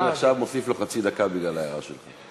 אני עכשיו מוסיף לו חצי דקה בגלל ההערה שלך.